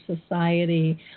society